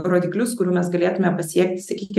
rodiklius kurių mes galėtume pasiekti sakykim